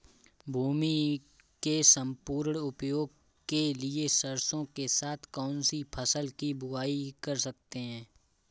भूमि के सम्पूर्ण उपयोग के लिए सरसो के साथ कौन सी फसल की बुआई कर सकते हैं?